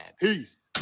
Peace